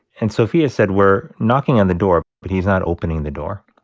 and sophia said, we're knocking on the door, but he's not opening the door.